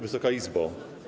Wysoka Izbo!